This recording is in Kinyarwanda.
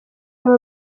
aba